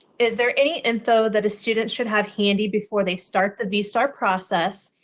is there any info that a student should have handy before they start the vstar process?